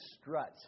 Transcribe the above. struts